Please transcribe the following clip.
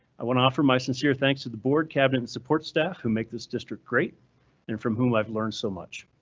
i want to offer my sincere thanks to the board cabinet and support staff who make this district great and from whom i've learned so much.